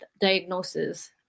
diagnosis